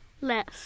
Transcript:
less